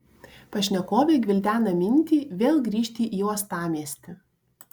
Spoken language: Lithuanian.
pašnekovė gvildena mintį vėl grįžti į uostamiestį